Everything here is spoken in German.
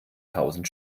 tausend